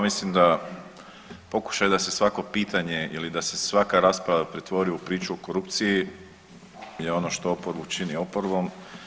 Mislim da pokušaj da se svako pitanje ili da se svaka rasprava pretvori u priču o korupciju je ono što oporbu čini oporbom.